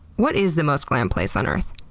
what is the most glam place on earth?